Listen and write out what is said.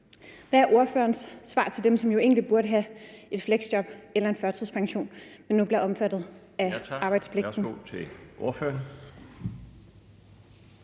Hvad er ordførerens svar til dem, som jo egentlig burde have et fleksjob eller en førtidspension, men som nu bliver omfattet af arbejdspligten?